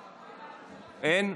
אין.